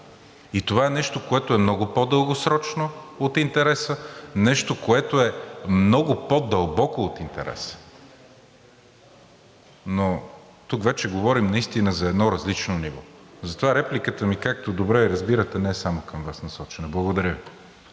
И това е нещо, което е много по-дългосрочно от интереса, нещо, което е много по-дълбоко от интереса, но тук вече говорим наистина за едно различно ниво. Затова репликата ми, както добре разбирате, не е насочена само към Вас. Благодаря Ви.